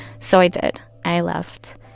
so i did, i left.